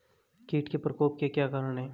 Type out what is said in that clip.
कीट के प्रकोप के क्या कारण हैं?